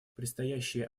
предстоящий